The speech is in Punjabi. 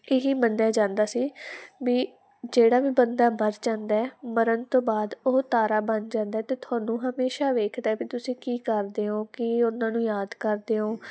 ਇਹੀ ਮੰਨਿਆ ਜਾਂਦਾ ਸੀ ਵੀ ਜਿਹੜਾ ਵੀ ਬੰਦਾ ਮਰ ਜਾਂਦਾ ਮਰਨ ਤੋਂ ਬਾਅਦ ਉਹ ਤਾਰਾ ਬਣ ਜਾਂਦਾ ਅਤੇ ਤੁਹਾਨੂੰ ਹਮੇਸ਼ਾ ਵੇਖਦਾ ਵੀ ਤੁਸੀਂ ਕੀ ਕਰਦੇ ਹੋ ਕੀ ਉਹਨਾਂ ਨੂੰ ਯਾਦ ਕਰਦੇ ਹੋ